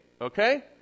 okay